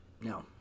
No